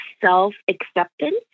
self-acceptance